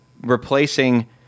replacing